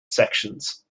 sections